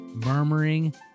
murmuring